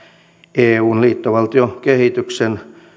eun liittovaltiokehityksen